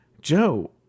Joe